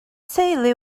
teulu